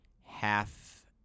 half